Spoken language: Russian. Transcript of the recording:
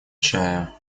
чая